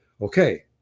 Okay